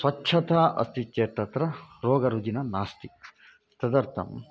स्वच्छता अस्ति चेत् तत्र रोगरुग्णाः नास्ति तदर्थं